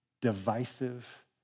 divisive